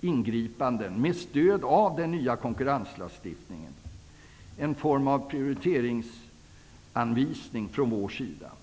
ingripande med stöd av den nya konkurrenslagstiftningen, en form av prioriteringsanvisning från vår sida.